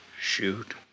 Shoot